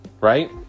Right